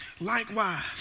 likewise